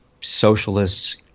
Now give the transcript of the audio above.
socialists